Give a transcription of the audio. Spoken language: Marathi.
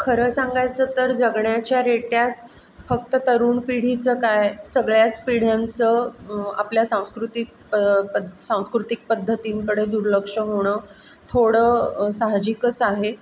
खरं सांगायचं तर जगण्याच्या रेट्यात फक्त तरुण पिढीचं काय सगळ्याच पिढ्यांचं आपल्या सांस्कृतिक प सांस्कृतिक पद्धतींकडे दुर्लक्ष होणं थोडं साहजिकच आहे